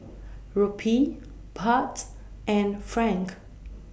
Rupee Baht and Franc